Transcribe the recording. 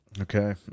Okay